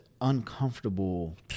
uncomfortable